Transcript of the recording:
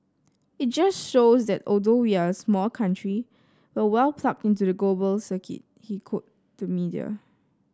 it just shows that although we're a small country we well plugged into the global circuit he cold the media